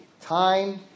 Time